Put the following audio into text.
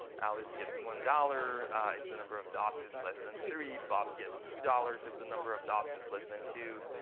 alice gets one dollars if the number of dots is less than three. bob gets two dollars if the number of dots is less than two.